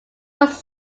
was